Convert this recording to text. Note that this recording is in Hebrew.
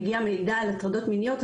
מגיע מידע על הטרדות מיניות,